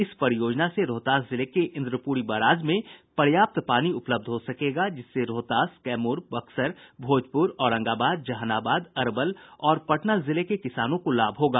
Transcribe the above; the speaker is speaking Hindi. इस परियोजना से रोहतास जिले के इंद्रपूरी बराज में पर्याप्त पानी उपलब्ध हो सकेगा जिससे रोहतास कैमूर बक्सर भोजपूर औरंगाबाद जहानाबाद अरवल और पटना जिले के किसानों को लाभ होगा